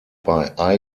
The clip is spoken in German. bei